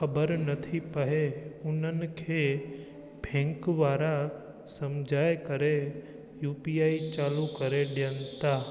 ख़बर नथी पहे उन्हनि खे बैंक वारा सम्झाए करे यू पी आई चालू करे ॾियनि था